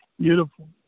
Beautiful